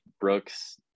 Brooks